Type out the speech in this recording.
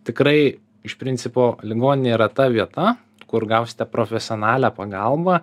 tikrai iš principo ligoninė yra ta vieta kur gausite profesionalią pagalbą